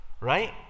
right